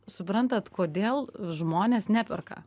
suprantat kodėl žmonės neperka